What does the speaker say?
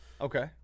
Okay